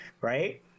right